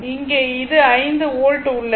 இங்கே இது 5 வோல்ட் உள்ளது